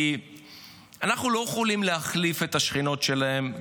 כי אנחנו לא יכולים להחליף את השכנות שלהן,